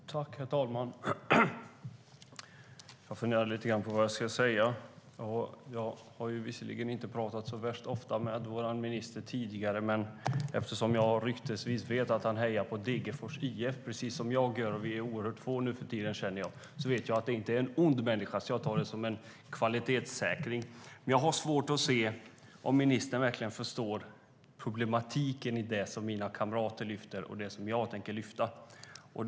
Herr talman! Jag funderade lite grann på vad jag skulle säga. Jag har visserligen inte pratat värst ofta med vår minister tidigare, men eftersom jag ryktesvis vet att han hejar på Degerfors IF precis som jag gör - vi är oerhört få nu för tiden - vet jag att han inte är en ond människa. Jag tar det som en kvalitetssäkring. Jag har dock svårt att se om ministern verkligen förstår problematiken i det som mina kamrater lyfter fram och som jag tänker lyfta fram.